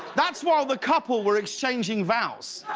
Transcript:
that's while the couple were exchanging vows.